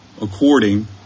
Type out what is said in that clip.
according